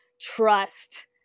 trust